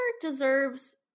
deserves